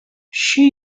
she